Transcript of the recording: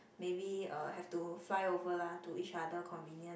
maybe uh have to fly over lah to each other convenient